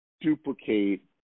duplicate